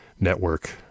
network